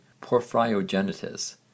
Porphyrogenitus